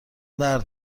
درد